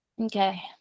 Okay